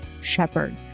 shepherd